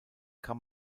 kann